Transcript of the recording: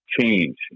change